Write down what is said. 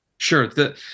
Sure